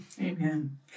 Amen